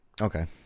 Okay